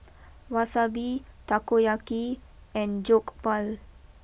Wasabi Takoyaki and Jokbal